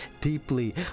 deeply